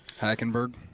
Hackenberg